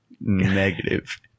negative